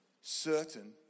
certain